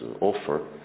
offer